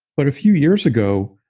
but a few years ago,